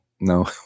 No